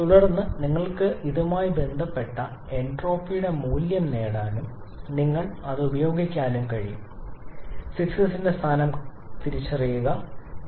തുടർന്ന് നിങ്ങൾക്ക് ഇതുമായി ബന്ധപ്പെട്ട എൻട്രോപ്പിയുടെ മൂല്യം നേടാനും നിങ്ങൾ അത് ഉപയോഗിക്കാനും കഴിയും 6sന്റെ സ്ഥാനം തിരിച്ചറിയാൻ കഴിയും